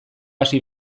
hasi